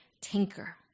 tinker